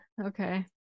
okay